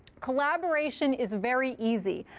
collaboration is very easy.